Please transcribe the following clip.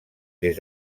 des